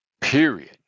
Period